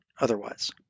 otherwise